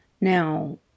Now